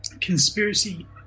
conspiracy